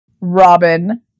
Robin